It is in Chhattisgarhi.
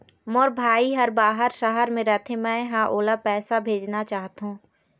मोर भाई हर बाहर शहर में रथे, मै ह ओला पैसा भेजना चाहथों